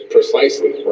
Precisely